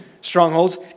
strongholds